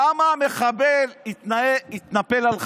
למה המחבל התנפל רק על חרדי?